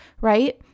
right